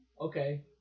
Okay